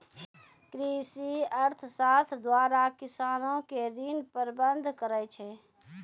कृषि अर्थशास्त्र द्वारा किसानो के ऋण प्रबंध करै छै